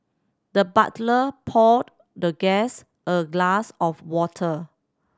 the butler poured the guest a glass of water